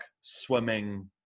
swimming